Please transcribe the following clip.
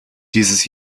dieses